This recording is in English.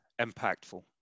impactful